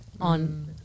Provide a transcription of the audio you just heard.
on